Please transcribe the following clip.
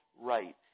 right